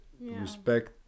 Respect